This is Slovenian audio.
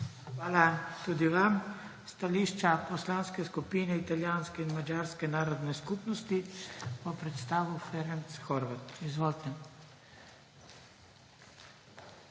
Hvala tudi vam. Stališče Poslanske skupine italijanske in madžarske narodne skupnosti bo predstavil Ferenc Horváth. Izvolite.